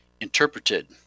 interpreted